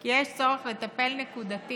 כי יש צורך לטפל נקודתית